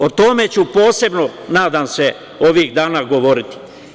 O tome ću posebno, nadam se ovih dana govoriti.